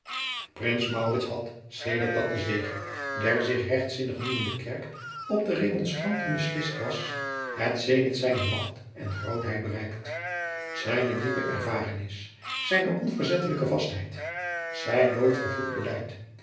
had sedert dat de zege der zich rechtzinnig noemende kerk op de remonstranten beslist was het zenith zijner macht en grootheid bereikt zijne diepe ervarenis zijne onverzettelijke vastheid zijn nooit verkloekt beleid